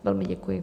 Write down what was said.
Velmi děkuji.